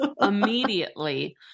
immediately